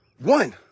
one